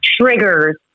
triggers